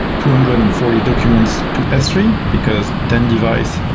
two hundred and forty documents to s three because ten device